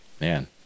Man